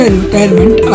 retirement